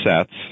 sets